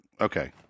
Okay